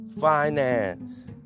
finance